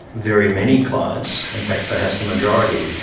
very many clients, in fact, perhaps the majority.